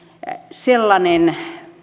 sellainen